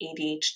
ADHD